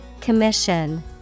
Commission